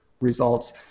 results